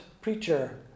preacher